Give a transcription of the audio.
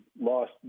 lost